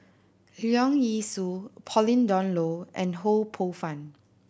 Leong Yee Soo Pauline Dawn Loh and Ho Poh Fun